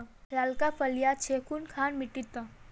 लालका फलिया छै कुनखान मिट्टी त?